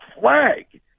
flag